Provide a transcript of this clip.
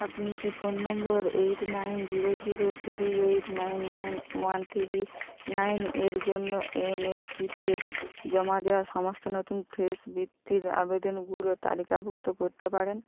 আপনি কি phone number eight nine zero zero three eight nine nine one three nine এর জন্য এনএসপিতে জমা দেওয়া সমস্ত নতুন ফ্রেশ বৃত্তির আবেদনগুলো তালিকাভুক্ত করতে পারেন